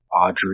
Audrey